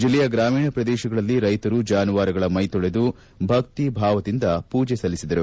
ಜಿಲ್ಲೆಯ ಗ್ರಾಮೀಣ ಪ್ರದೇಶಗಳಲ್ಲಿ ರೈತರು ಜಾನುವಾರುಗಳ ಮೈತೊಳೆದು ಭಕ್ತಿ ಭಾವದಿಂದ ಪೂಜೆ ಸಲ್ಲಿಸಿದರು